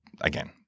again